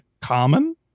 common